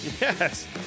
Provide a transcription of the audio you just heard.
Yes